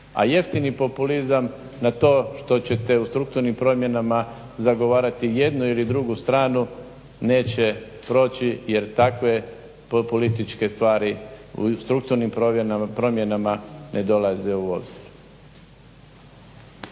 A jeftini populizam na to što ćete u strukturnim promjenama zagovarati jednu ili drugu stranu neće proći jer takve populističke stvari u strukturnim promjenama ne dolaze u obzir.